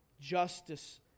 justice